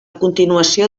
continuació